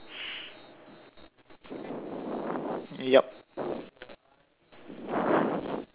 yup